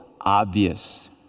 obvious